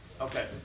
Okay